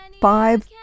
Five